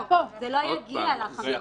זה לא יגיע לחמש שנים.